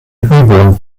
übung